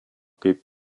kaip